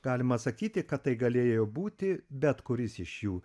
galima sakyti kad tai galėjo būti bet kuris iš jų